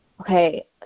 okay